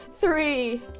Three